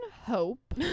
hope